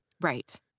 Right